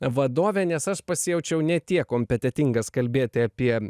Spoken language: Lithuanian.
vadovė nes aš pasijaučiau ne tiek kompetentingas kalbėti apie